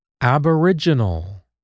Aboriginal